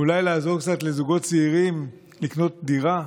ואולי לעזור קצת לזוגות צעירים לקנות דירה?